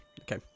Okay